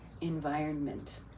environment